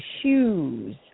shoes